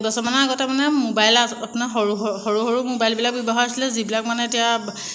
কেইবছৰমানৰ আগতে মানে মোবাইল মানে সৰু সৰু সৰু মোবাইলবিলাক ব্যৱহাৰ হৈছিলে যিবিলাক মানে এতিয়া